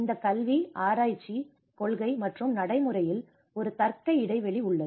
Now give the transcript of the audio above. இந்த கல்வி ஆராய்ச்சி கொள்கை மற்றும் நடைமுறையில் ஒரு தர்க்க இடைவெளி உள்ளது